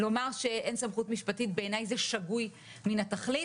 לומר שאין סמכות משפטית - בעיניי זה שגוי מן התכלית.